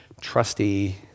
trusty